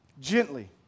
Gently